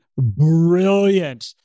brilliant